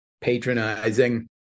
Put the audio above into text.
patronizing